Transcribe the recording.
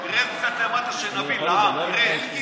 תרד קצת למטה, שנבין, לעם.